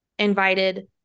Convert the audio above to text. invited